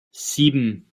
sieben